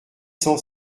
cent